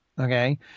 okay